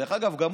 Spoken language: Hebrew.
דרך אגב,